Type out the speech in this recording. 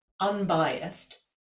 unbiased